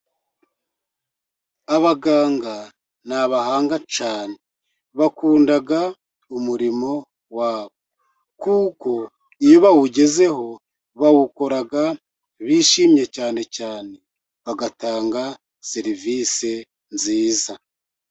Abaganga ni abahanga cyane, bakunda umurimo wabo kuko iyo bawugezeho, bawukora bishimye cyane cyane bagatanga serivisi nziza.